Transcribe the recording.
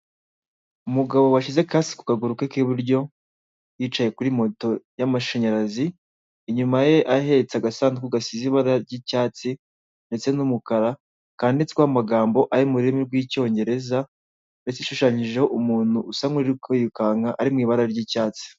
Umugabo washyize kasi ku kaguru ke k'iburyo, yicaye kuri moto y'amashanyarazi, inyuma ye ahetse agasanduku gasize ibara ry'icyatsi, ndetse n'umukara kanditsweho amagambo ari mu rurimi rw'icyongereza, ndetse ishushanyijeho umuntu usa n'uri kwirukanka ari mu ibara ry'icyatsi.